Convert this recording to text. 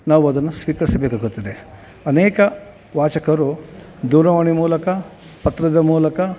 ನಾವು ಅದನ್ನು ಸ್ವೀಕರಿಸಬೇಕಾಗುತ್ತದೆ ಅನೇಕ ವಾಚಕರು ದೂರವಾಣಿ ಮೂಲಕ ಪತ್ರದ ಮೂಲಕ